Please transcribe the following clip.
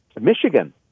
Michigan